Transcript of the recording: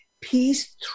peace